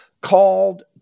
called